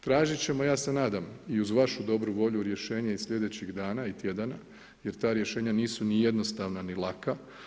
Tražiti ćemo ja se nadam i uz vašu dobru volju rješenje i sljedećih dana i tjedana jer ta rješenja nisu ni jednostavna ni laka.